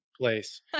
place